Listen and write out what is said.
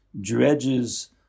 dredges